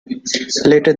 later